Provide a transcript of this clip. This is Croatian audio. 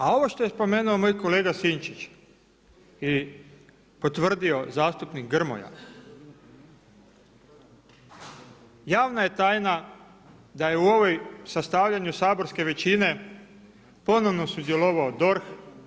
A ovo što je spomenuo moj kolega Sinčić i potvrdio zastupnik Grmoja, javna je tajna da je u ovom sastavljanju saborske većine ponovno sudjelovao DORH.